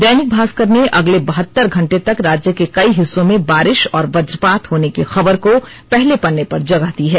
दैनिक भास्कर ने अगले बहतर घंटे तक राज्य के कई हिस्सों में बारिश और वज्रपात होने की खबर को पहले पन्ने पर जगह दी है